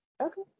Okay